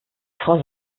frau